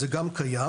זה גם קיים.